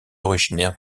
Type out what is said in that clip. originaire